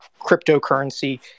cryptocurrency